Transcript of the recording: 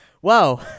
whoa